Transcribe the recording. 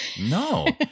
No